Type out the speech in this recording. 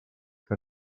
que